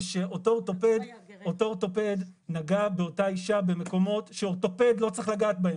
זה שאותו אורתופד נגע באותה אישה במקומות שאורתופד לא צריך לגעת בהן.